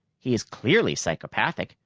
he is clearly psychopathic,